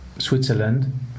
Switzerland